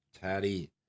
Taddy